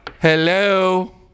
Hello